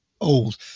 old